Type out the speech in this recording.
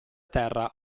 terra